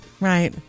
Right